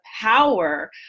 power